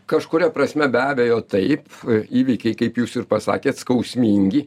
kažkuria prasme be abejo taip įvykiai kaip jūs ir pasakėt skausmingi